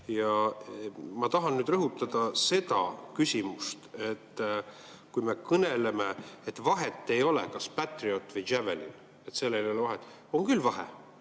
Ja ma tahan nüüd rõhutada seda küsimust. Kui me kõneleme, et vahet ei ole, kas Patriot või Javelin, et sellel ei ole vahet – on küll vahe.